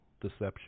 deception